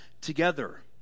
together